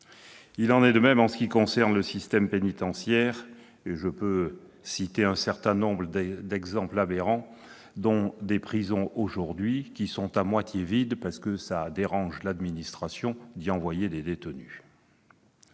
Il en est de même en ce qui concerne le système pénitentiaire. Je pourrais citer un certain nombre d'exemples aberrants de prisons à moitié vides parce que cela dérange l'administration d'y envoyer des détenus